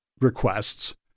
requests